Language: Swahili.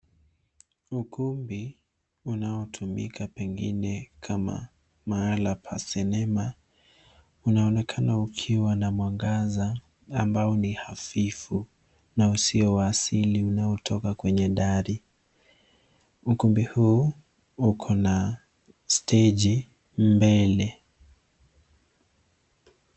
Ukumbi unaotumika pengine kama mahala pa cinema unaonekana ukiwa na mwangaza ambao ni hafifu na usio wa asili unaotoka kwenye dari. Ukumbi huu uko na steji mbele.